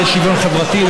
לשרה לשוויון חברתי,